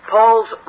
Paul's